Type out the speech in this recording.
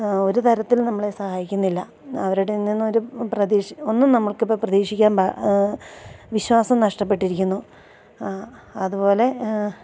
ഒരു തരത്തിൽ നമ്മളെ സഹായിക്കുന്നില്ല അവരുടെ നിന്നൊരു പ്രതീക്ഷ ഒന്നും നമ്മൾക്കിപ്പം പ്രതീക്ഷിക്കാൻ വിശ്വാസം നഷ്ടപ്പെട്ടിരിക്കുന്നു അതു പോലെ